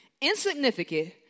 insignificant